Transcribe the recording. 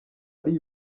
ari